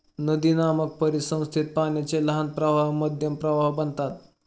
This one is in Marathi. नदीनामक परिसंस्थेत पाण्याचे लहान प्रवाह मध्यम प्रवाह बनतात